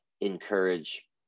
encourage